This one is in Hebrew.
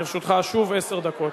לרשותך, שוב, עשר דקות.